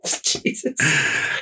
Jesus